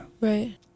right